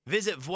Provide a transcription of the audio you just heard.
Visit